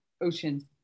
Ocean